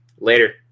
later